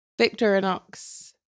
Victorinox